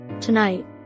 tonight